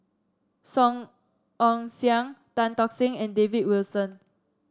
Song Ong Siang Tan Tock Seng and David Wilson